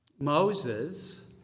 Moses